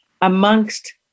amongst